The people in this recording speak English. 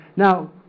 Now